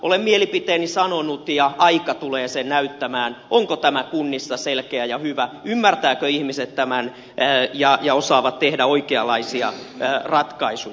olen mielipiteeni sanonut ja aika tulee näyttämään onko tämä kunnissa selkeä ja hyvä ymmärtävätkö ihmiset tämän ja osaavatko tehdä oikeanlaisia ratkaisuja